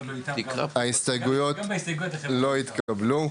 הצבעה ההסתייגויות לא התקבלו.